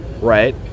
right